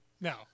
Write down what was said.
No